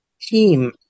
team